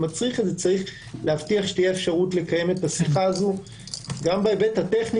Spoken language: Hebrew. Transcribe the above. צריך להבטיח שתהיה אפשרות לקיים את השיחה הזו גם בהיבט הטכני